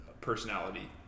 personality